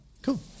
Cool